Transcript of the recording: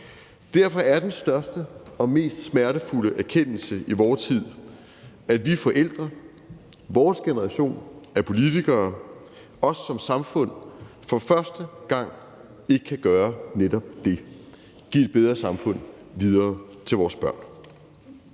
Derfor er den største og mest smertefulde erkendelse i vor tid, at vi forældre, vores generation af politikere, os som samfund for første gang ikke kan gøre netop det – at give et bedre samfund videre til vores børn.